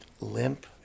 limp